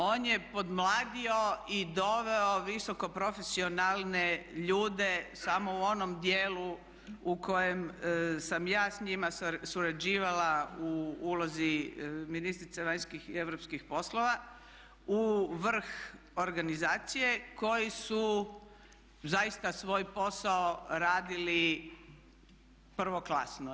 On je pomladio i doveo visoko profesionalne ljude samo u onom dijelu u kojem sam ja s njima surađivala u ulozi ministrice vanjskih i europskih poslova u vrh organizacije koji su zaista svoj posao radili prvoklasno.